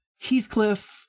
Heathcliff